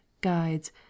guides